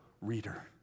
reader